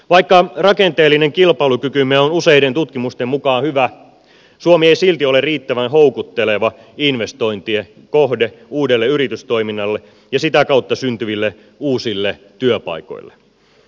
vaikka rakenteellinen kilpailukykymme on useiden tutkimusten mukaan hyvä suomi ei silti ole riittävän houkutteleva investointien kohde uudelle yritystoiminnalle ja sitä kautta syntyville uusille työpaikoille